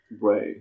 Right